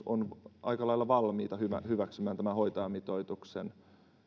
on aika valmiita hyväksymään tämän hoitajamitoituksen